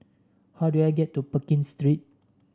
how do I get to Pekin Street